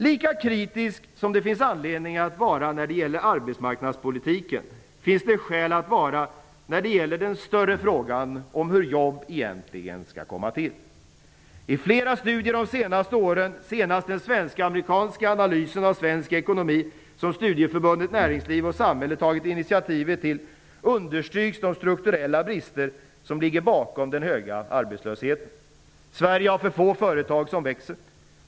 Lika kritisk som det finns anledning att vara när det gäller arbetsmarknadspolitiken finns det skäl att vara när det gäller den större frågan om hur jobb egentligen skall komma till. I flera studier de senaste åren, senast den svenskamerikanska analys av svensk ekonomi som Studieförbundet Näringsliv och samhälle tagit initiativ till, understryks de strukturella brister som ligger bakom den höga arbetslösheten: Sverige har för få företag som växer.